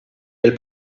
del